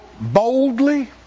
boldly